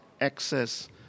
access